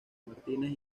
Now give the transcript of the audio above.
martínez